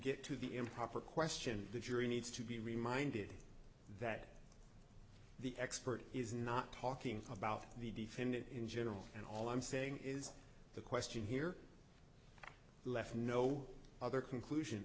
get to the improper question the jury needs to be reminded that the expert is not talking about the defendant in general and all i'm saying is the question here left no other conclusion